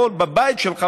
יכול בבית שלך,